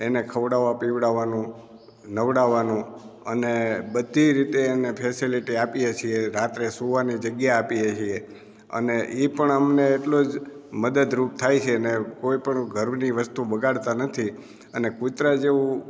એને ખવડાવવા પીવડાવવાનું નવડાવવાનું અને બધી રીતે એને ફેસેલીટી આપીએ છીએ રાત્રે સુવાની જગ્યા આપીએ છીએ અને એ પણ અમને એટલું જ મદદરૂપ થાય છે ને કોઈપણ ઘરની વસ્તુ બગાડતા નથી અને કુતરા જેવું